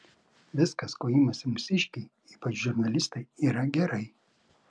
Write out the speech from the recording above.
viskas ko imasi mūsiškiai ypač žurnalistai yra gerai